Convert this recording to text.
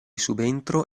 subentro